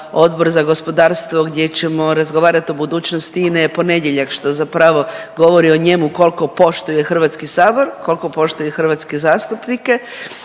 Odbor za gospodarstvo gdje ćemo razgovarat o budućnosti INA-e je ponedjeljak što zapravo govori o njemu kolko poštuje HS, kolko poštuje hrvatske zastupnike